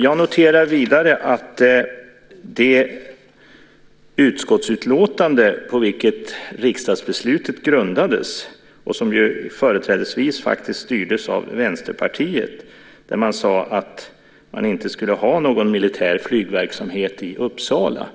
Jag noterar vidare något när det gäller det utskottsutlåtande på vilket riksdagsbeslutet grundades, som faktiskt företrädesvis styrdes av Vänsterpartiet, där man sade att man inte skulle ha någon militär flygverksamhet i Uppsala.